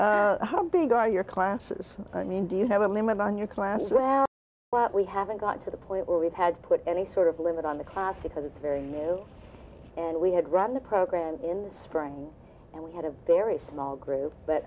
how big are your classes i mean do you have a limit on your class well we haven't got to the point where we've had to put any sort of limit on the class because it's very new and we had run the program in the spring and we had a very small group but